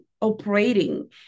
operating